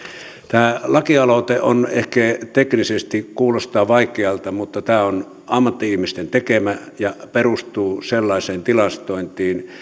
tämä lakialoite ehkä teknisesti kuulostaa vaikealta mutta tämä on ammatti ihmisten tekemä ja perustuu sellaiseen tilastointiin